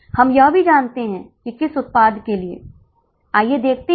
अब 4 पीवी अनुपात क्या हैं